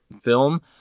film